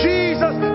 Jesus